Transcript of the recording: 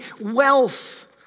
wealth